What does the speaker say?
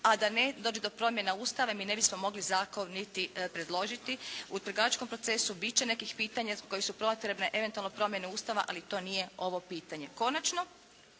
a da ne dođe do promjena Ustava jer mi ne bismo mogli zakon niti predložiti. U pregovaračkom procesu bit će nekih pitanja za kojeg su potrebne eventualno promjene Ustava, ali to nije ovo pitanje. Konačno